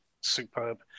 superb